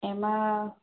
એમાં